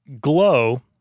Glow